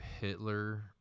Hitler